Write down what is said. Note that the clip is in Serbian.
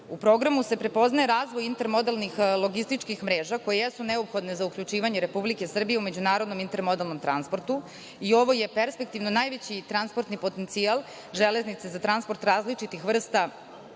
programu se prepoznaje razvoj intermodalnih logističkih mreža koje jesu neophodne za uključivanje Republike Srbije u međunarodnom intermodalnom transportu i ovo je perspektivno najveći transportni potencijal železnice za transport različitih vrsta